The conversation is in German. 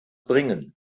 bringen